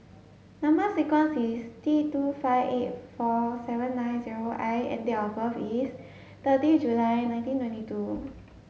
number sequence is T two five eight four seven nine zero I and date of birth is thirty July nineteen twenty two